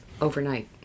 overnight